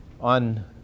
On